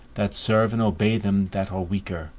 that serve and obey them that are weaker.